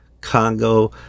Congo